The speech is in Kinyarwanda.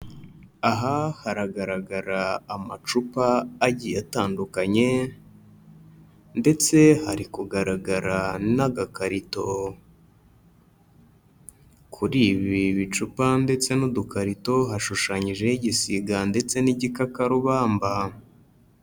Aha haragaragara amacupa agiye atandukanye ndetse hari kugaragara n'agakarito. Kuri ibi bicupa ndetse n'udukarito hashushanyijeho igisiga ndetse n'igikakarubamba.